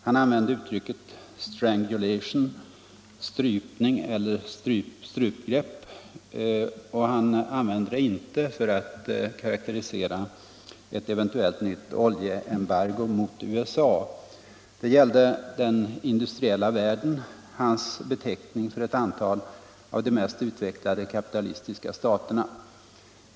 Han använde uttrycket ”strangulation”, strypning eller strupgrepp, och han använde det inte för att karakterisera ett eventuellt nytt oljeembargo mot USA. Det gällde ”den industriella världen”. hans beteckning för ett antal av de mest utvecklade kapitalistiska staterna.